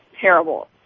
terrible